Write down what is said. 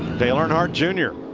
dale earnhardt jr,